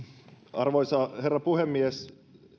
arvoisa herra puhemies